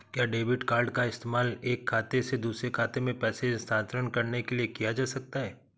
क्या debit card का इस्तेमाल एक खाते से दूसरे खाते में पैसे स्थानांतरण करने के लिए किया जा सकता है?